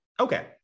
Okay